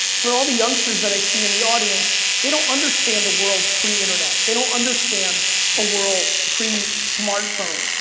for all the youngsters that i see in the audience, they don't understand the world pre-internet. they don't understand a world pre-smartphone.